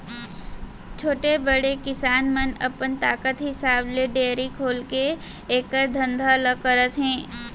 छोटे, बड़े किसान मन अपन ताकत हिसाब ले डेयरी खोलके एकर धंधा ल करत हें